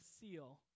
seal